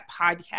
podcast